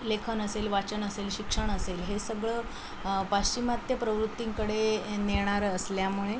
लेखन असेल वाचन असेल शिक्षण असेल हे सगळं पाश्चिमात्य प्रवृत्तींकडे ए नेणारं असल्यामुळे